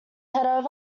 head